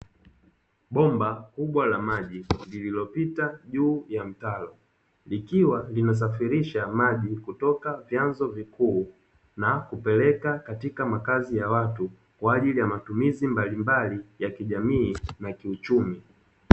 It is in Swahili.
Bomba kubwa la maji lililopita juu ya mtaro, likiwa linasafirishaaji maji kutoka vyanzo vikuu na kupelekwa katka makazi ya watu, kwa ajili ya matumizi mbalimbali ya kijamii na kiuchumi.